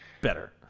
better